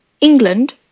England